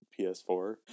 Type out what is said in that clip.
PS4